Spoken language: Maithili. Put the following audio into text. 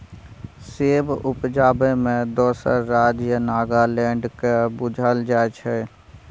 सेब उपजाबै मे दोसर राज्य नागालैंड केँ बुझल जाइ छै